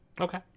Okay